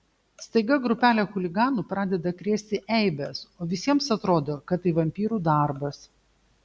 staiga grupelė chuliganų pradeda krėsti eibes o visiems atrodo kad tai vampyrų darbas